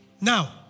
Now